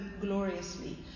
gloriously